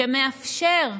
שמאפשר,